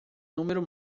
número